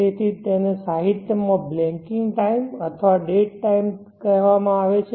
તેથી જેને સાહિત્યમાં બ્લેન્કિંગ ટાઇમ અથવા ડેડ ટાઇમ કહેવામાં આવે છે